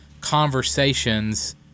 conversations